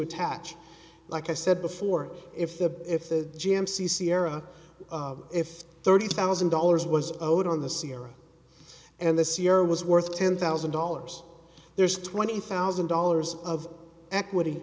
attach like i said before if the if the g m c sierra if thirty thousand dollars was owed on the sierra and this year was worth ten thousand dollars there's twenty thousand dollars of equity